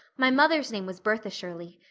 my mother's name was bertha shirley.